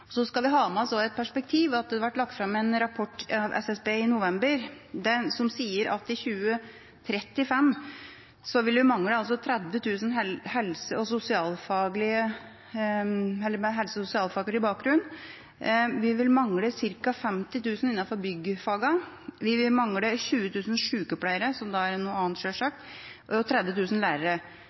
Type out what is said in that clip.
Så skal vi også ha med oss et perspektiv: Det ble lagt fram en rapport av SSB i november som sier at i 2035 vil vi mangle 30 000 med helse- og sosialfaglig bakgrunn. Vi vil mangle ca. 50 000 innenfor byggfagene. Vi vil mangle 20 000 sykepleiere – som da er noe annet, selvsagt – og 30 000 lærere.